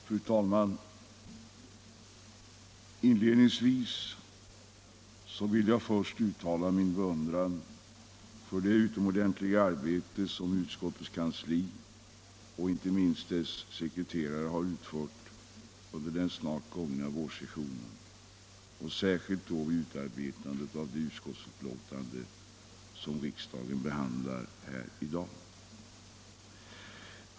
Fru talman! Inledningsvis vill jag uttala min beundran för det utomordentliga arbete som utskottets kansli och inte minst dess sekreterare utfört under den snart gångna vårsessionen, särskilt vid utarbetandet av det betänkande som riksdagen i dag behandlar.